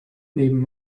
nehmen